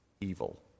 evil